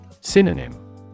Synonym